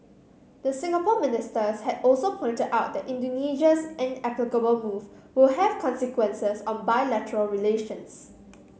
the Singapore ministers had also pointed out that Indonesia's inexplicable move will have consequences on bilateral relations